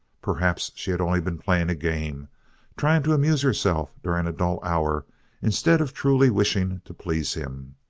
perhaps she had only been playing a game trying to amuse herself during a dull hour instead of truly wishing to please him.